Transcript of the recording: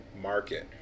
market